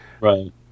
right